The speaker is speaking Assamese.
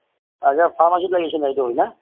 আচ্ছা ফাৰ্মাচীত লাগিছে এইটো হয়না